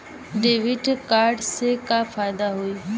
Debit card से का फायदा होई?